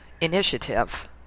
initiative